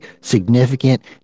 significant